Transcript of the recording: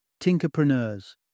Tinkerpreneurs